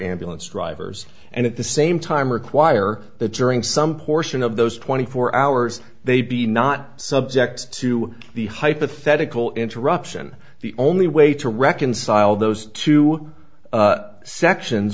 ambulance drivers and at the same time require that during some portion of those twenty four hours they be not subject to the hypothetical interruption the only way to reconcile those two sections